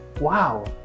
Wow